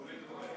נורית קורן.